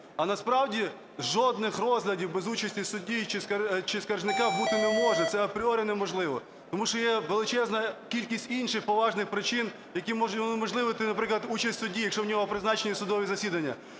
А насправді жодних розглядів без участі судді чи скаржника бути не може, це апріорі неможливо, тому що є величезна кількість інших поважних причин, які можуть унеможливити, наприклад, участь судді, якщо в нього призначені судові засідання,